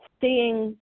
seeing